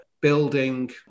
building